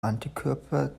antikörper